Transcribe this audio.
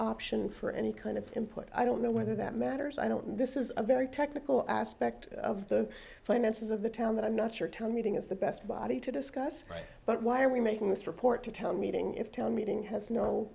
option for any kind of input i don't know whether that matters i don't this is a very technical aspect of the finances of the town that i'm not sure town meeting is the best body to discuss right but why are we making this report to tell meeting if tell meeting has no